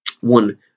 one